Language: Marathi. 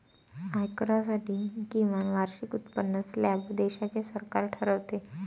आयकरासाठी किमान वार्षिक उत्पन्न स्लॅब देशाचे सरकार ठरवते